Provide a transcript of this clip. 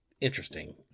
interesting